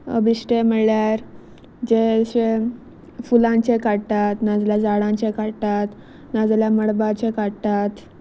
बिश्टें म्हणळ्यार जे अशें फुलांचे काडटात ना जाल्यार झाडांचे काडटात नाजाल्यार मळबाचे काडटात